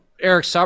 Eric